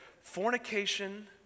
fornication